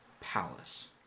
Palace